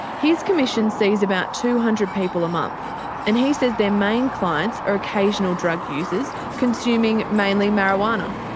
his commission sees about two hundred people a month and he says their main clients are occasional drug users consuming mainly marijuana.